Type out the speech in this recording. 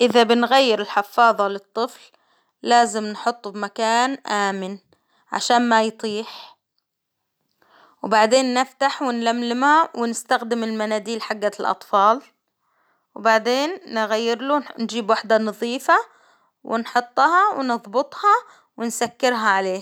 إذا بنغير الحفاضة للطفل، لازم نحطه بمكان آمن ،عشان ما يطيح، وبعدين نفتح ونلملمه ونستخدم المناديل حجت الأطفال، وبعدين نغير له نجيب وحدة نظيفة، ونحطها ونظبطها ونسكرها عليه.